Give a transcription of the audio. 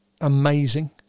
amazing